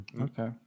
okay